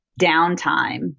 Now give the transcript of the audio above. downtime